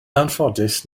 anffodus